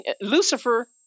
Lucifer